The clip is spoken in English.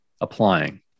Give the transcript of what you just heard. applying